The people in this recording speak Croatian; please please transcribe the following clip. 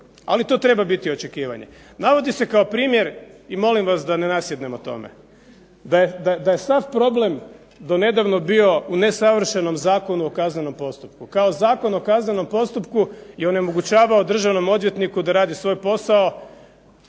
ali to treba biti očekivanje. Navodi se kao primjer i molim vas da ne nasjednemo tome, da je sav problem do nedavno bio u nesavršenom Zakonu o kaznenom postupku. Kao Zakon o kaznenom postupku i onemogućavao državnom odvjetniku da radi svoj posao